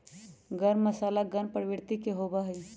गर्म मसाला गर्म प्रवृत्ति के होबा हई